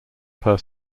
per